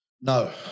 no